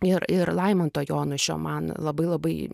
ir ir laimanto jonušio man labai labai